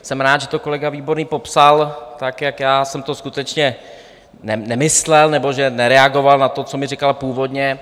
Jsem rád, že to kolega Výborný popsal, tak jak já jsem to skutečně nemyslel, nebo že nereagoval na to, co mi říkal původně.